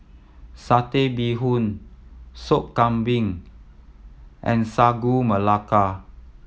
Satay Bee Hoon Soup Kambing and Sagu Melaka